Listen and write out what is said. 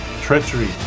Treachery